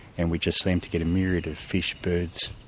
and we just seem to get a myriad of fish, birds,